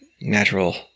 natural